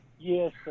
yes